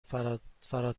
فراتر